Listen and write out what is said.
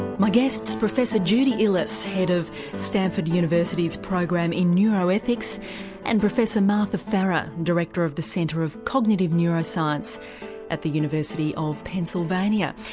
my guests professor judy illes head of stanford university's program in neuroethics and professor martha farah, director of the center of cognitive neuroscience at the university of pennsylvania.